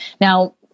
Now